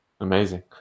Amazing